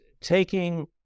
taking